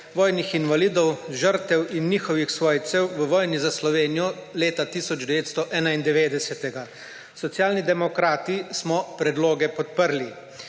vojnih invalidov, žrtev in njihovih svojcev v vojni za Slovenijo leta 1991. Socialni demokrati smo predloge podprli.